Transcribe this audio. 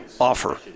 offer